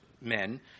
men